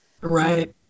Right